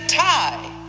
tie